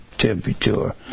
temperature